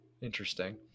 Interesting